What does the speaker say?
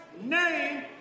name